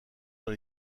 dans